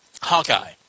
Hawkeye